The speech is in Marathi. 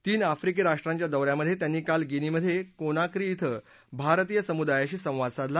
तीन आफ्रिकी राष्ट्रांच्या दौ यामधे त्यांनी काल गिनीमधे कोनाक्री ॐ भारतीय समुदायाशी संवाद साधला